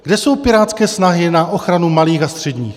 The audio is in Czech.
Kde jsou pirátské snahy na ochranu malých a středních?